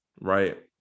right